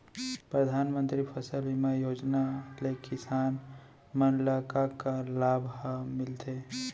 परधानमंतरी फसल बीमा योजना ले किसान मन ला का का लाभ ह मिलथे?